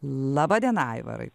laba diena aivarai